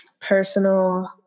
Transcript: personal